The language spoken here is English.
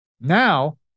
Now